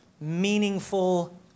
meaningful